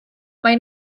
mae